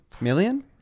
Million